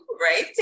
right